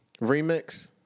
remix